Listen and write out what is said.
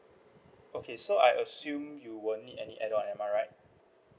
okay so I assume you won't need any add on am I right